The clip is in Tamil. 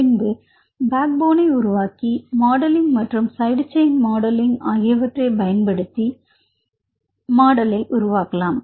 பின்பு பேக் போனை உருவாக்கி பின்பு மாடலிங் மற்றும் சைடு செயின் மாடலிங் ஆகியவற்றை பயன்படுத்தி மாடலை உருவாக்கலாம்